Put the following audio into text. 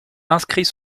inscrit